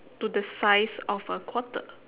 to the size of a quarter